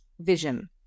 vision